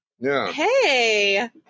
Hey